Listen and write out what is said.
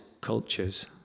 cultures